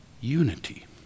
unity